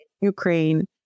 Ukraine